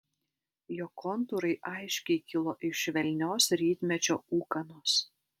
jo kontūrai aiškiai kilo iš švelnios rytmečio ūkanos